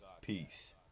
Peace